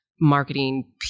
marketing